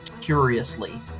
curiously